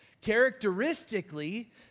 Characteristically